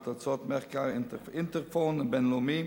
על תוצאות מחקר "אינטרפון" הבין-לאומי,